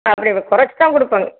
அப்படி கொறைச்சிதான் கொடுப்போங்க